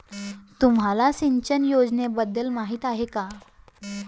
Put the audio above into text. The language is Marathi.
तुम्हाला सिंचन योजनेबद्दल माहिती आहे का?